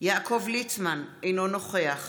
יעקב ליצמן, אינו נוכח